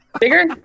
Bigger